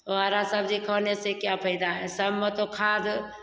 हरा सब्ज़ी खाने से क्या फ़ायदा है सब में तो खाद